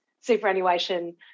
superannuation